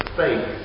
faith